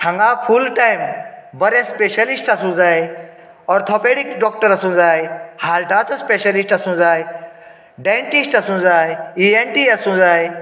हांगा full time बरें specialist आसूंक जाय अर्थोपेडीक डोक्टर आसूंक जाय हार्टाचो स्पेशलिस्ट आसूंक जाय डेन्टिस्ट आसूंक जाय इएनटी आसूंक जाय